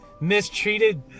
mistreated